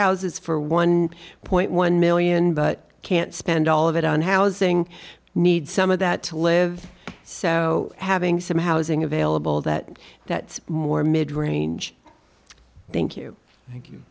houses for one point one million but can't spend all of it on housing need some of that to live so having some housing available that that's more midrange thank you thank you